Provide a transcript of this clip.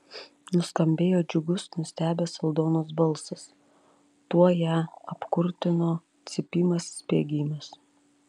nuskambėjo džiugus nustebęs aldonos balsas tuoj ją apkurtino cypimas spiegimas